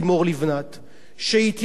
שהתייצבה לעניין הזה,